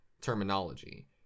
terminology